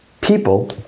People